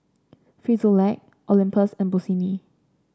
Frisolac Olympus and Bossini